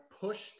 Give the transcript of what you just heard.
pushed